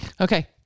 Okay